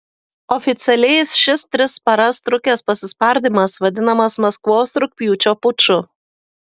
oficialiai šis tris paras trukęs pasispardymas vadinamas maskvos rugpjūčio puču